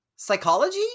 Psychology